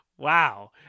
wow